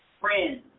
friends